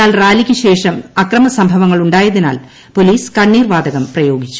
എന്നാൽ റാലിക്ക് ശേഷം അക്രമസംഭവങ്ങൾ ഉണ്ടായതിനാൽ പൊലീസ് കണ്ണീർവാതകം പ്രയോഗിച്ചു